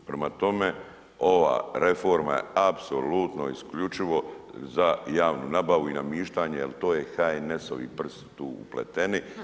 Prema tome, ova reforma je apsolutno isključivo za javnu nabavu i namištanje jer to je HNS-ovi prsti tu upleteni.